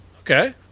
Okay